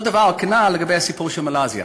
אותו דבר, כנ"ל לגבי הסיפור של מלזיה.